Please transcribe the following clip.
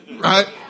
Right